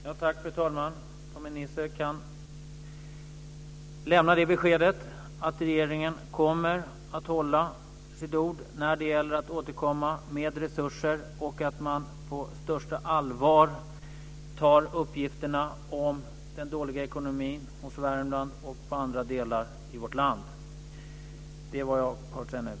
Fru talman! Per-Samuel Nisser kan lämna beskedet att regeringen kommer att hålla sitt ord när det gäller att återkomma med resurser och att man på största allvar tar uppgifterna om den dåliga ekonomin i Värmland och i andra delar av vårt land. Det är vad jag har att säga nu.